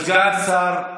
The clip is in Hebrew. הוא סגן שר,